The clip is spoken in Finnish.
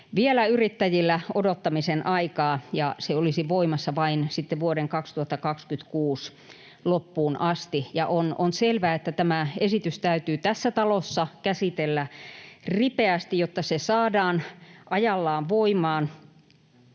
vielä yrittäjillä odottamisen aikaa, ja se olisi voimassa sitten vain vuoden 2026 loppuun asti. Ja on selvää, että tämä esitys täytyy tässä talossa käsitellä ripeästi, jotta se saadaan ajallaan voimaan.